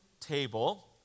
table